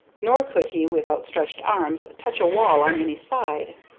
nor could he with outstretched arms touch a wall on any side.